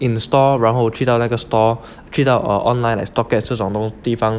in store 然后去到那个 store 去到 err online the stock 这种地方